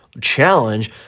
challenge